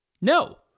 No